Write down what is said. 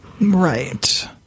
Right